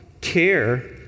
care